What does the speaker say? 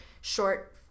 short